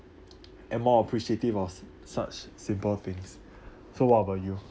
am more appreciative of such simple things so what about you